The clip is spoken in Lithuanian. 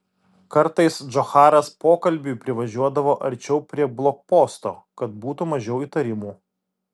kartais džocharas pokalbiui privažiuodavo arčiau prie blokposto kad būtų mažiau įtarimų